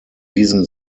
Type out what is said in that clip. diesem